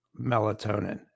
melatonin